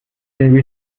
den